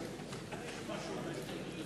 קבוצת סיעת האיחוד הלאומי,